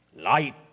Light